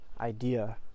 idea